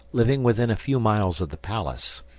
living within a few miles of the palace,